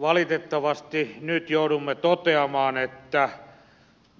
valitettavasti nyt joudumme toteamaan että